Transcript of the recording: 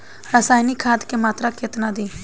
रसायनिक खाद के मात्रा केतना दी?